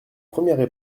premières